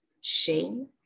shame